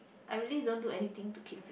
I really don't do anything to keep